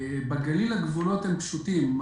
בגליל הגבולות הם פשוטים.